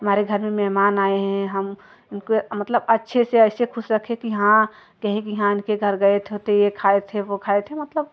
हमारे घर में मेहमान आए हैं हम उनके मतलब अच्छे से ऐसे ख़ुश रखे कि हाँ कहे कि हाँ उनके घर गए थे तो यह खाए थे वह खाए थे मतलब